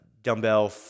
dumbbell